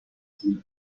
پذیر